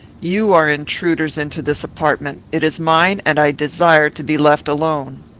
you are intruders into this apartment. it is mine, and i desire to be left alone.